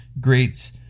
Great's